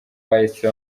bahise